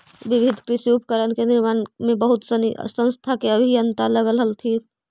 विविध कृषि उपकरण के निर्माण में बहुत सनी संस्था के अभियंता लगल हथिन